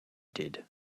did